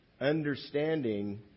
understanding